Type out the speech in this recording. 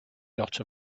dot